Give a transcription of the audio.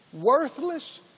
Worthless